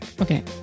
Okay